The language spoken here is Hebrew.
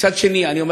מצד אחר,